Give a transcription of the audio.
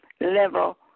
level